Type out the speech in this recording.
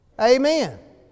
Amen